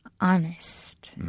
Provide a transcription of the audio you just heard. honest